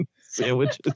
sandwiches